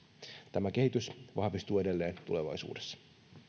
tämä kehitys vahvistuu edelleen tulevaisuudessa